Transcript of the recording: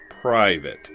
private